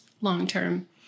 long-term